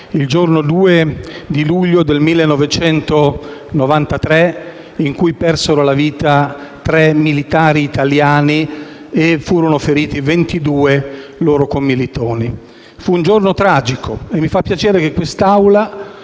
il 2 luglio 1993 - in cui persero la vita tre militari italiani e furono feriti 22 loro commilitoni. Fu un giorno tragico e mi fa piacere che questa